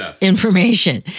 information